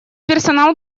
персонал